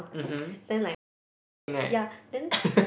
then like ya then